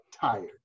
tired